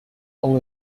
all